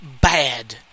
bad